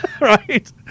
right